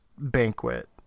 banquet